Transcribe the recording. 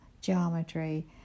geometry